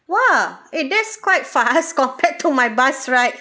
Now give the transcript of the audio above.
!wah! eh that's quite fast compare to my bus right